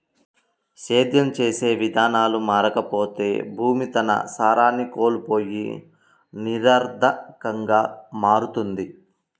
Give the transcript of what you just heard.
సేద్యం చేసే విధానాలు మారకపోతే భూమి తన సారాన్ని కోల్పోయి నిరర్థకంగా మారుతుంది